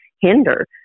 hinder